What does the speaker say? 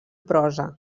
prosa